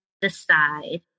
decide